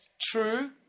True